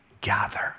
gather